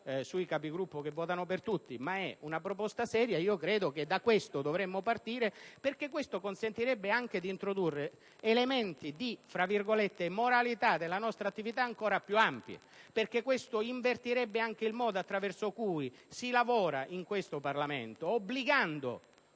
sui Capigruppo che votano per tutti, ma è una proposta seria, credo che da essa dovremmo partire. Peraltro, ciò consentirebbe anche di introdurre elementi di «moralità» della nostra attività ancora più ampi, perché invertirebbe anche il modo attraverso cui si lavora in questo Parlamento, obbligando